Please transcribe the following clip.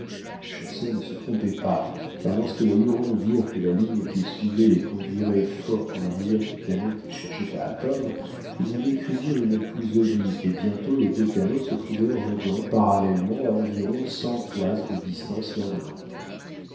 le chasseur ne se trompait pas car lorsque les hurons virent que la ligne qu'ils suivaient les conduirait fort en arrière du canot qu'ils cherchaient à atteindre ils en décrivirent une plus oblique et bientôt les deux canots se trouvèrent voguant parallèlement à environ cent toises de distance l'un de l'autre